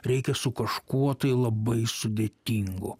reikia su kažkuo tai labai sudėtingu